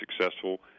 successful